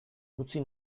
utzi